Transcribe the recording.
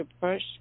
push